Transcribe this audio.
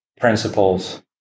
principles